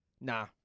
Nah